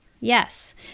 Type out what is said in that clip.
Yes